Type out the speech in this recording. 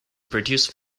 produce